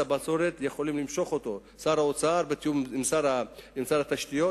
יכולים למשוך את מס הבצורת שר האוצר בתיאום עם שר התשתיות,